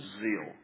Zeal